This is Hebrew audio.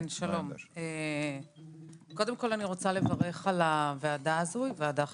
אני רוצה לברך על הוועדה הזאת, זאת ועדה חשובה.